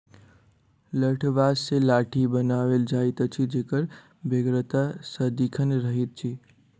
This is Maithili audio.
लठबाँस सॅ लाठी बनाओल जाइत अछि जकर बेगरता सदिखन रहैत छै